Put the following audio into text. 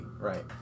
right